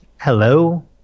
Hello